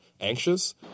anxious